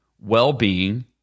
well-being